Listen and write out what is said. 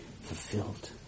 fulfilled